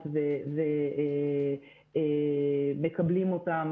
תרומות ומקבלים אותן.